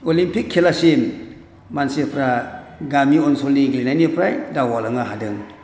Olympic खेलासिम मानसिफोरा गामि ओनसोलनि गेलेनायनिफ्राय दावगालांनो हादों